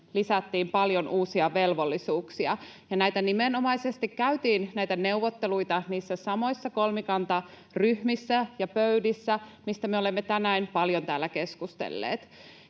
lisättiin paljon uusia velvollisuuksia. Näitä neuvotteluita nimenomaisesti käytiin niissä samoissa kolmikantaryhmissä ja ‑pöydissä, mistä me olemme tänään paljon täällä keskustelleet.